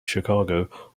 chicago